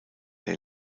der